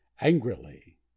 angrily